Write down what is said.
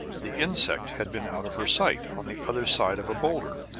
the insect had been out of her sight, on the other side of a boulder.